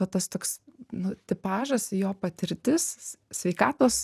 va tas toks nu tipažas jo patirtis sveikatos